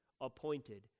appointed